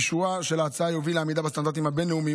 אישורה של ההצעה יוביל לעמידה בסטנדרטים הבין-לאומיים